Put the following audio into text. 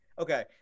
Okay